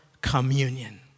communion